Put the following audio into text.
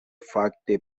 fakte